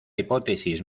hipótesis